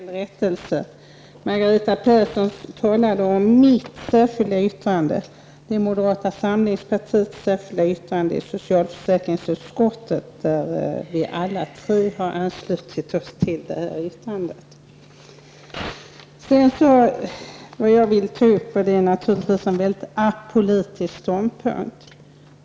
Herr talman! Först en rättelse: Margareta Persson talade om mitt särskilda yttrande. Det är moderata samlingspartiets särskilda yttrande i socialförsäkringsutskottet, där alla tre har anslutit sig till yttrandet. Vad jag ville ta upp är naturligtvis en väldigt apolitisk ståndpunkt.